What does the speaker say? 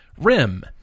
rim